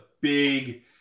big